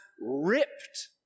ripped